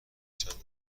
چند